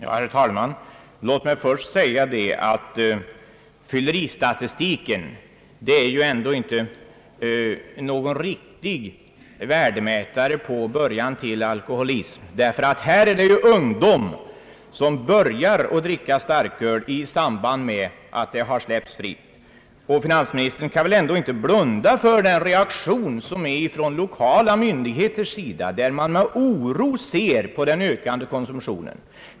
Herr talman! Låt mig först säga att fylleristatistiken ändå inte är någon riktig värdemätare på början till alkoholism. Här är det fråga om ungdom som börjat dricka starköl i samband med att det har släppts fritt. Finansministern kan väl ändå inte blunda för reaktionen från lokala myndigheters sida, där man med oro ser på den ökande konsumtionen.